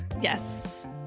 Yes